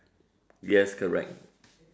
yes correct